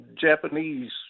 japanese